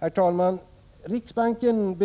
Herr talman! Riksbankens